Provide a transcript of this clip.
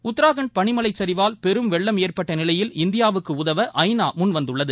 உத்ராகண்ட் பளிமலைச் சரிவால் பெரும் வெள்ளம் ஏற்பட்டநிலையில் இந்தியாவுக்குஉதவ ஐ நா முன் வந்துள்ளது